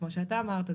כמו שאתה אמרת,